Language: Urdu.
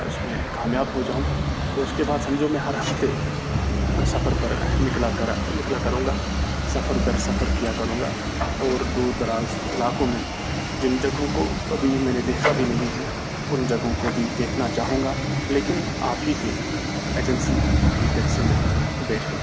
اس میں کامیاب ہو جاؤں تو اس کے بعد سمجھو میں ہر ہفتے سفر پر نکلا کرا نکلا کروں گا سفر در سفر کیا کروں گا اور دور دراز علاقوں میں جن جگہوں کو ابھی میں نے دیکھا بھی نہیں ہے ان جگہوں کو بھی دیکھنا چاہوں گا لیکن آپ ہی کے ایجنسی کی ٹیکسی میں بیٹھ کر